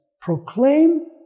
proclaim